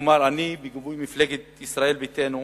כלומר אני בגיבוי מפלגת ישראל ביתנו,